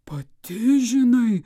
pati žinai